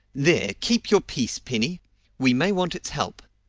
there, keep your piece, penny we may want its help.